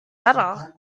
better